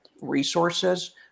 resources